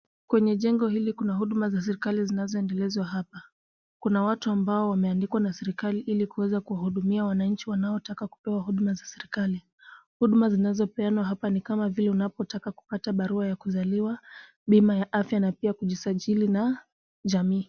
Kwenye jengo hili kuna huduma za serikali zinazoendelezwa hapa. Kuna watu ambao wameandikwa na serikali ili kuweza kuwahudumia wananchi wanaotaka kupewa huduma za serikali. Huduma zinazopeanwa hapa ni kama vile unapotaka kupata barua ya kuzaliwa, bima ya afya na pia kujisajili na jamii.